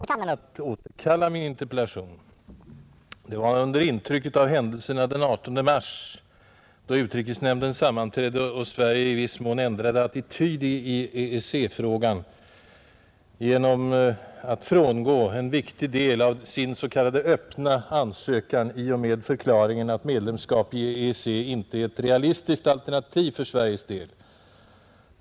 Fru talman! Trots att den här raden av interpellationer kommit en smula i bakvattnet av den långa debatten vi haft i dag, kanske det kan vara tillåtet att föra ett litet resonemang om den av mig resta frågan, särskilt som finansministern fram till svaret nyss till herr Magnusson i Borås suttit stillsamt tyst i sin bänk. Ett tag var jag benägen, fru talman, att återkalla min interpellation. Det var under intryck av händelserna den 18 mars, då utrikesnämnden sammanträdde och Sverige i viss mån ändrade attityd i EEC-frågan genom att frångå en viktig del av sin s.k. öppna ansökan i och med förklaringen att medlemskap i EEC inte är ett realistiskt alternativ för Sveriges del.